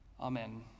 Amen